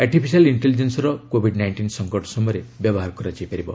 artificial ଇଷ୍ଟେଲିଜେନ୍ନର Covid nineteen ସଂକଟ ସମୟରେ ବ୍ୟବହାର କରାଯାଇ ପାରିବ